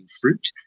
fruit